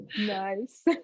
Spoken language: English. Nice